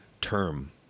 term